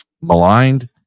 maligned